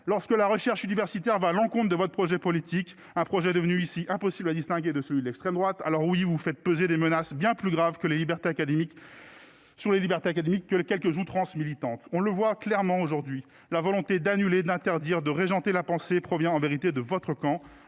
lorsque la recherche universitaire va en compte de votre projet politique, un projet devenu ici impossibles à distinguer de ceux de l'extrême droite, alors oui, vous faites peser des menaces bien plus grave que les libertés académiques. Sur les libertés académiques que quelques outrances militante, on le voit clairement aujourd'hui la volonté d'annuler d'interdire de régenter la pensée provient en vérité de votre camp,